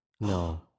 No